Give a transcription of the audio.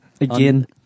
again